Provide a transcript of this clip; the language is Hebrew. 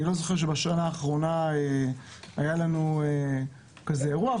אני לא זוכר שבשנה האחרונה היה לנו כזה אירוע,